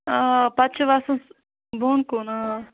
آ پَتہ چھ وَسُن بۄن کُن آ